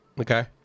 Okay